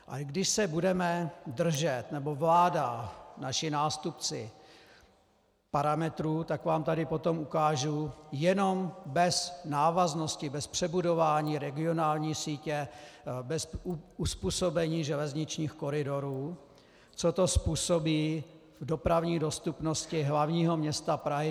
A když se budeme držet, nebo vláda, naši nástupci, parametrů, tak vám tady potom ukážu jenom bez návaznosti, bez přebudování regionální sítě, bez uzpůsobení železničních koridorů, co to způsobí v dopravní dostupnosti hlavního města Prahy.